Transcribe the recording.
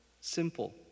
Simple